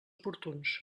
oportuns